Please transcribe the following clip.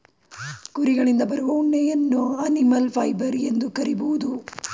ಕುರಿಗಳಿಂದ ಬರುವ ಉಣ್ಣೆಯನ್ನು ಅನಿಮಲ್ ಫೈಬರ್ ಎಂದು ಕರಿಬೋದು